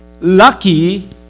lucky